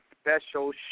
special